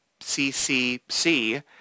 CCC